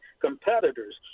competitors